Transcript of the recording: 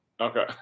Okay